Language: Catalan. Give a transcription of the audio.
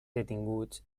detinguts